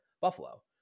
Buffalo